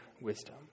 wisdom